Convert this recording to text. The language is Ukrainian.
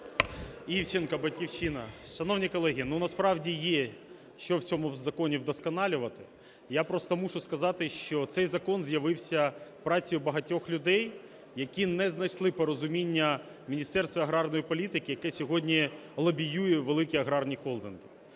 Івченко, "Батьківщина". Шановні колеги, ну, насправді є, що в цьому законі вдосконалювати. Я просто мушу сказати, що цей закон з'явився працею багатьох людей, які не знайшли порозуміння в Міністерстві аграрної політики, яке сьогодні лобіює великі аграрні холдинги.